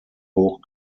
hoch